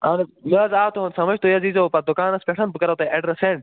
اہن حظ مےٚ حظ آو تُہنٛد سمجھ تُہۍ حظ یِیٖزیٚو وۄنۍ پتہٕ دُکانس پٮ۪ٹھ بہٕ کرٕہو تۄہہِ ایٚڈرس سیٚنٛڈ